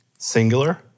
singular